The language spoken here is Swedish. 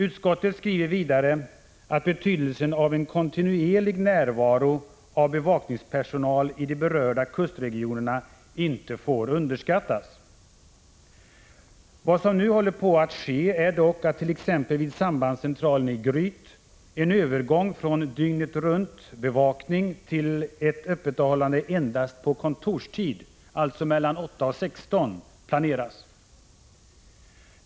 Utskottets skriver vidare att betydelsen av en kontinuerlig närvaro av bevakningspersonal i de berörda kustregionerna inte får underskattas. Vad som nu håller på att ske är dock attt.ex. vid sambandscentralen i Gryt en övergång från dygnetruntbevakning till ett öppethållande endast på kontorstid — alltså mellan 8 och 16 — planeras.